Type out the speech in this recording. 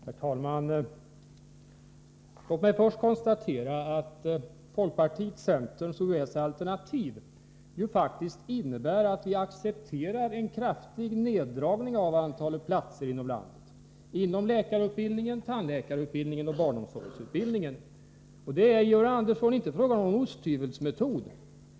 Herr talman! Låt mig först konstatera att folkparti-centern-alternativet faktiskt innebär att vi accepterar en kraftig neddragning av antalet platser inom läkarutbildningen, tandläkarutbildningen och barnomsorgsutbildningen. Och det är inte fråga om någon osthyvelsmetod, Georg Andersson.